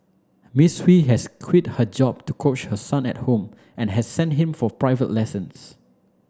Miss Hui has quit her job to coach her son at home and has sent him for private lessons